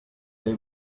they